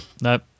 Nope